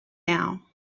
now